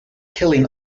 killing